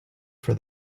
for